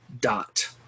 dot